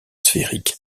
sphérique